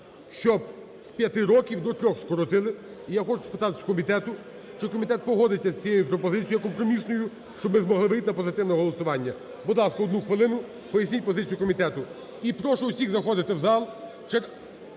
щоб з 5 років до 3-х скоротити. І я хочу спитатись у комітету. Чи комітет погодиться з цією пропозицію компромісною, щоб ми змогли вийти на позитивне голосування? Будь ласка, одну хвилину, поясніть позицію комітету. І прошу всіх заходити в зал.